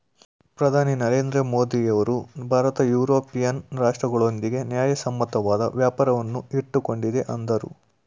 ಪ್ರಧಾನಿ ನರೇಂದ್ರ ಮೋದಿಯವರು ಭಾರತ ಯುರೋಪಿಯನ್ ರಾಷ್ಟ್ರಗಳೊಂದಿಗೆ ನ್ಯಾಯಸಮ್ಮತವಾದ ವ್ಯಾಪಾರವನ್ನು ಇಟ್ಟುಕೊಂಡಿದೆ ಅಂದ್ರು